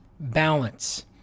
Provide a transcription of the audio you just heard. balance